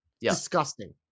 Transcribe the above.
Disgusting